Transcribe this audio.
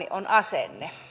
on asenne